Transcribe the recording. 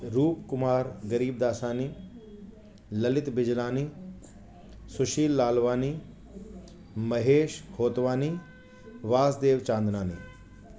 रूप कुमार गरीबदासानी ललित बिजरानी सुशील लालवानी महेश खोतवानी वास देवचांदनानी